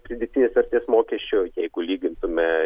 pridėtinės vertės mokesčio jeigu lygintume